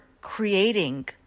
creating